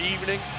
evening